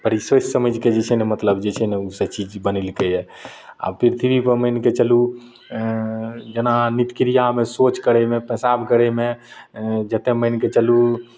बड़ी सोचि समझिके जे छै ने मतलब जे छै ने उ सब चीज बनेलकइया आओर पृथ्वीपर मानिके चलु जेना नित्य क्रियामे शौच करयमे पेशाब करयमे जते मानिके चलु